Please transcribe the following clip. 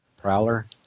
Prowler